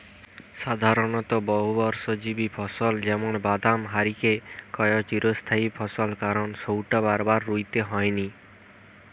সাধারণত বহুবর্ষজীবী ফসল যেমন বাদাম হারিকে কয় চিরস্থায়ী ফসল কারণ সউটা বারবার রুইতে হয়নি